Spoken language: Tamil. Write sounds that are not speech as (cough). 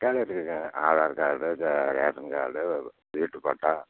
(unintelligible) இருக்குதுங்க ஆதார் கார்டு இது ரேஷன் கார்டு வீட்டு பட்டா